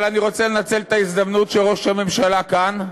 אבל אני רוצה לנצל את ההזדמנות שראש הממשלה כאן,